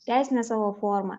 teisinę savo formą